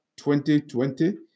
2020